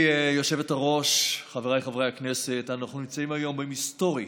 אנחנו נמצאים היום ביום היסטורי